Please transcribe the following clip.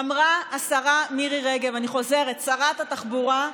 אמרה השרה מירי רגב, אני חוזרת, שרת התחבורה,